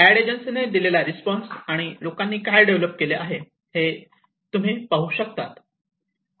add एजन्सीने दिलेला response आणि लोकांनी काय डेव्हलप केले आहे ते तुम्ही पाहू शकता